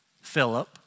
Philip